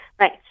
Right